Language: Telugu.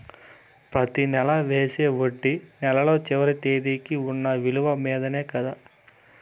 ప్రతి నెల వేసే వడ్డీ నెలలో చివరి తేదీకి వున్న నిలువ మీదనే కదా?